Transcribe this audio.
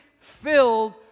filled